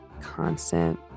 constant